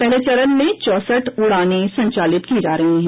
पहले चरण में चौसठ उड़ानें संचालित की जा रही हैं